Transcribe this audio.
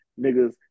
niggas